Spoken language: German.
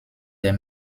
der